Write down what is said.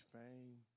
fame